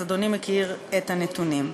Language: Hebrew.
אז אדוני מכיר את הנתונים.